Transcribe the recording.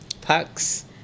Pucks